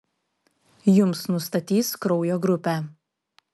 jums nustatys kraujo grupę